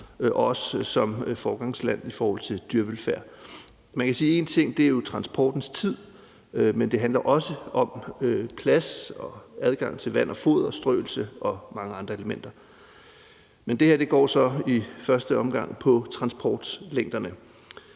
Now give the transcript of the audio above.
også som foregangsland i forhold til dyrevelfærd. Man kan sige, at én ting er transportens tid, men det handler også om plads og adgang til vand og foder, strøelse og mange andre elementer. Men det her går så i første omgang på transportlængderne.